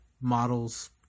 models